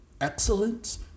Excellence